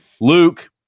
Luke